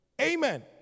amen